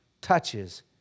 touches